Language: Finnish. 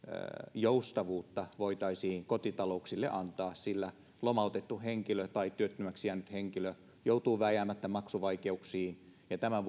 joustavuutta voitaisiin kotitalouksille antaa sillä lomautettu henkilö tai työttömäksi jäänyt henkilö joutuu vääjäämättä maksuvaikeuksiin tämän